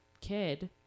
kid